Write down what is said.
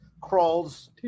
crawls